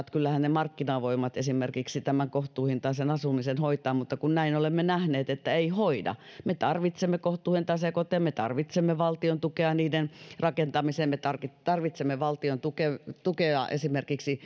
että kyllähän ne markkinavoimat esimerkiksi tämän kohtuuhintaisen asumisen hoitavat mutta näin olemme nähneet että eivät hoida me tarvitsemme kohtuuhintaisia koteja me tarvitsemme valtion tukea niiden rakentamiseen me tarvitsemme valtion tukea tukea esimerkiksi